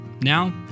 Now